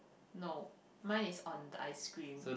no mine is on the ice cream